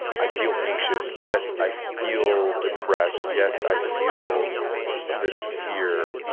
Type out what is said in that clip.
i feel anxious. yes, i feel depressed. yes, i feel a bit of fear.